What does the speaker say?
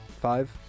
Five